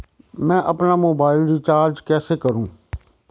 मैं अपना mobile recharge कैसे करूँ?